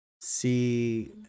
see